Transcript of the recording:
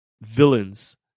villains